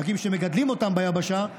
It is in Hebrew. דגים שמגדלים אותם ביבשה,